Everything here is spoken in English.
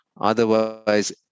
otherwise